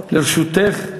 לרשותך,